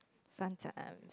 fun time